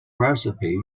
recipe